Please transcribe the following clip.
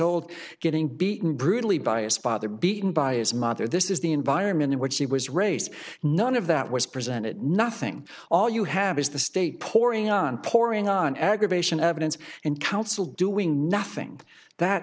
old getting beaten brutally by his father beaten by his mother this is the environment in which he was raised none of that was presented nothing all you have is the state pouring on pouring on aggravation evidence and counsel doing nothing that